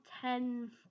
ten